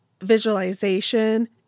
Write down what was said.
visualization